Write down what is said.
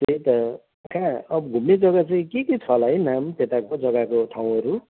कहाँ अब घुम्ने जग्गा चाहिँ के के छ होला है नाम त्यताको जग्गाको ठाउँहरू